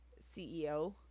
CEO